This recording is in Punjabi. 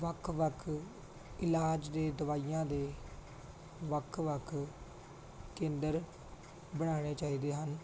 ਵੱਖ ਵੱਖ ਇਲਾਜ ਦੇ ਦਵਾਈਆਂ ਦੇ ਵੱਖ ਵੱਖ ਕੇਂਦਰ ਬਣਾਉਣੇ ਚਾਹੀਦੇ ਹਨ